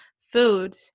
food